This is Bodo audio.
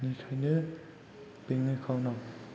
बेनिखायनो बेंक एकाउन्ट आव